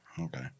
Okay